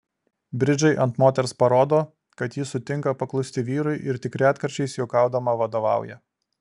bridžai ant moters parodo kad ji sutinka paklusti vyrui ir tik retkarčiais juokaudama vadovauja